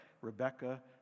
Rebecca